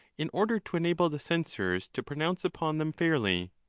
in order to enable the censors to pronounce upon them fairly.